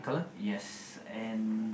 yes and